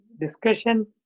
discussion